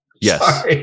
yes